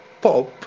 pop